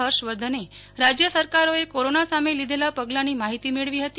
હર્ષવર્ધન રાજ્ય સરકારોએ કોરોના સામે લીધેલા પગલાંન માહિતી મેળવી હતી